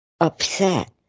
upset